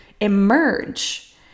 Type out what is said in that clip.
emerge